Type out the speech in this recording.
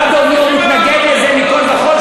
הרב דב ליאור מתנגד לזה מכול וכול,